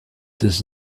does